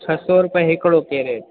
छह सौ रुपए हिकिड़ो केरेट